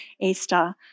Easter